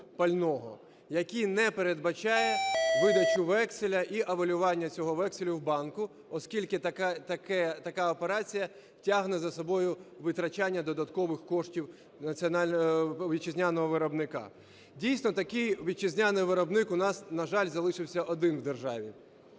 який не передбачає видачу векселя і авалювання цього векселю в банку, оскільки така операція тягне за собою витрачання додаткових коштів вітчизняного виробника. Дійсно, такий вітчизняний виробник у нас, на жаль, залишився один в державі.